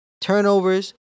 turnovers